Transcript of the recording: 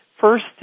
First